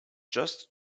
just